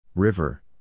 River